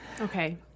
Okay